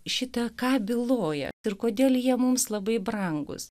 šita ką byloja ir kodėl jie mums labai brangūs